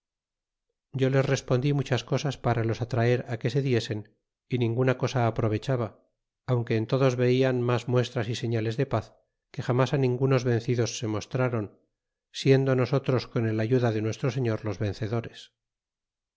yo les respondí muchas cosas para los atraer á que se diesen y ninguna cosa aprovechaba aunque en nosotros velan mas muestras y señales de paz que jamas á ningunos vencidos se mostraron siendo nosotros con el ayuda de nuestro señor los vencedores